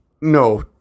No